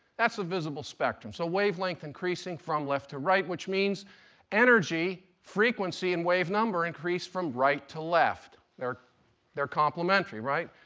that's the invisible spectrum. so wavelength increasing from left to right, which means energy frequency in wave number increase from right to left. they're they're complimentary, right?